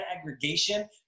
aggregation